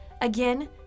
Again